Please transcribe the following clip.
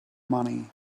money